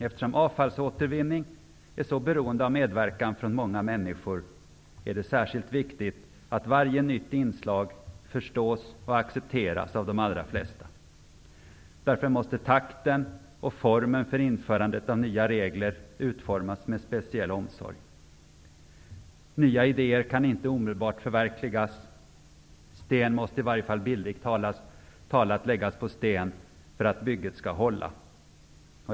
Eftersom avfallsåtervinning är så beroende av medverkan från många människor är det särskilt viktigt att varje nytt inslag förstås och accepteras av de allra flesta. Därför måste takten och formen för införande av nya regler väljas med speciell omsorg. Nya idéer kan inte förverkligas omedelbart. Sten måste i alla fall bildligt läggas på sten för att bygget skall hålla.